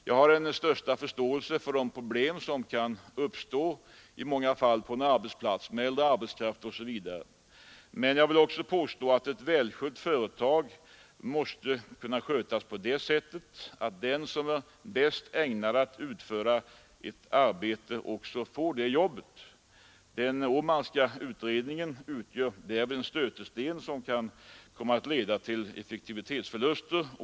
Jag har den största förståelse för de problem som i många fall kan uppstå på en arbetsplats med äldre arbetskraft osv., men jag vill också påstå att ett välskött företag måste kunna skötas på det sättet att den som är bäst ägnad att utföra ett arbete också får göra det. Den Åmanska utredningen utgör därvid en stötesten, som kan komma att leda till effektivitetsförluster.